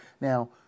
Now